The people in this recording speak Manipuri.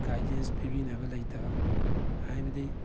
ꯒꯥꯏꯗꯦꯟꯁ ꯄꯤꯕꯤꯅꯕ ꯂꯩꯇꯕ ꯍꯥꯏꯕꯗꯤ